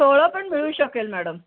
सोवळं पण मिळू शकेल मॅडम